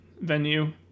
venue